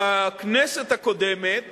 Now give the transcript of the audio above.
בכנסת הקודמת